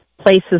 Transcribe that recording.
places